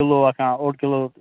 kilo آسان اوٚڈ kilo